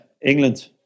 England